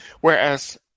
Whereas